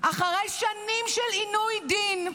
אחרי שנים של עינוי דין,